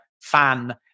fan